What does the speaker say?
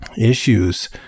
issues